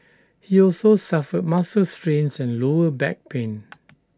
he also suffered muscle strains and lower back pain